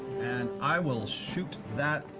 and i will shoot that